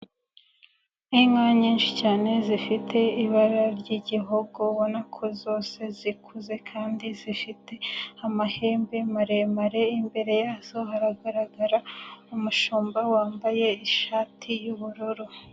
Inka nyinshi cyane zifite ibara ry'igihogo ubona ko zose zikuze kandi zifite amahembe maremare, imbere yazo haragaragara umushumba wambaye ishati y'ubururu.